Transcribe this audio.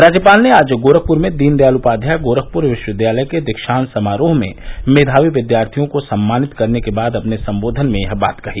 राज्यपाल ने आज गोरखपुर में दीनदयाल उपाध्याय गोरखपुर विश्वविद्यालय के दीक्षांत समारोह में मेघावी विद्यार्थियों को सम्मानित करने के बाद अपने संबोधन में यह बात कही